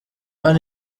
hano